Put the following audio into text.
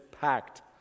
packed